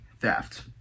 theft